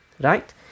right